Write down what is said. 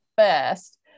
first